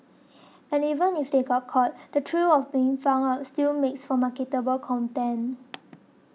and even if they got caught the thrill of being found out still makes for marketable content